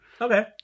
Okay